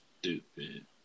stupid